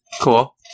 cool